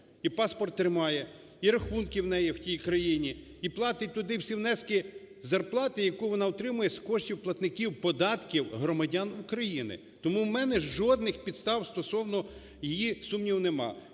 і паспорт тримає, і рахунки в неї в тій країні. І платить туди всі внески з зарплати, яку вона отримує з коштів платників податків, громадян України. Тому в мене жодних підстав стосовно її, сумніву нема.